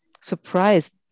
surprised